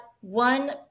one